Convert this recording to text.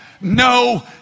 no